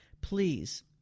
Please